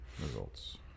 Results